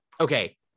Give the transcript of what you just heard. okay